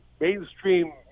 mainstream